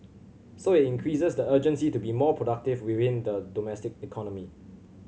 so it increases the urgency to be more productive within the domestic economy